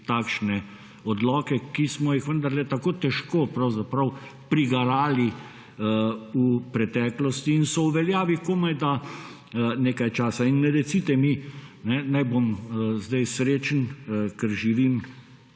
takšne odloke, ki smo jih vendarle tako težko pravzaprav prigarali v preteklosti in so v uveljavi komajda nekaj časa. In ne recite mi, naj bom zdaj srečen, ker živim